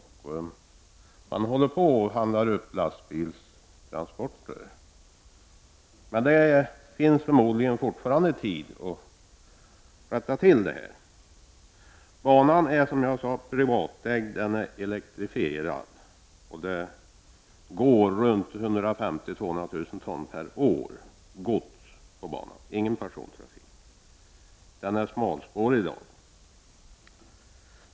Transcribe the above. Han håller på att handla upp lastbilstransporter. Förmodligen finns det dock fortfarande tid att rätta till saken. Banan är, som jag sade, privatägd och elektrifierad. 150 000-200 000 ton gods fraktas varje år på den. Banan som är smalspårig har ingen persontrafik.